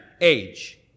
Age